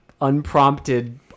unprompted